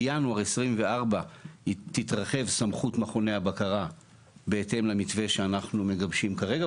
בינואר 2024 תתרחב סמכות מכוני הבקרה בהתאם למתווה שאנחנו מגבשים כרגע,